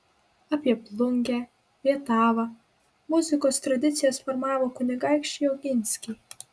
apie plungę rietavą muzikos tradicijas formavo kunigaikščiai oginskiai